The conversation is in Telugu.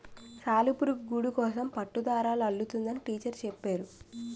సాలిపురుగు గూడుకోసం పట్టుదారాలు అల్లుతుందని టీచరు చెప్పేరు